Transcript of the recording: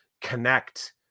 connect